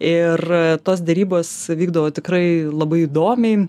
ir tos derybos vykdavo tikrai labai įdomiai